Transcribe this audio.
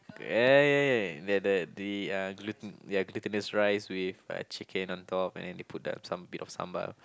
ya ya that that the uh gluten ya glutinous rice with uh chicken on top and they put the some bit of sambal